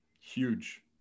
Huge